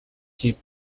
sheep